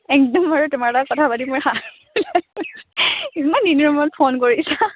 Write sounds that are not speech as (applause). একদম আৰু তোমাৰ লগত কথা পাতি মোৰ হা ইমান (unintelligible) ফোন কৰিছা